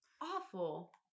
awful